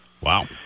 Wow